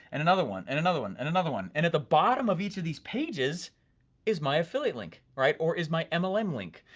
and another one, and another one, and another one, and at the bottom of each of these pages is my affiliate link, right, or is my mlm um link.